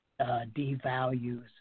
devalues